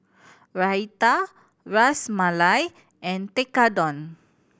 Raita Ras Malai and Tekkadon